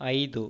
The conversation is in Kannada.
ಐದು